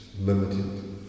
limited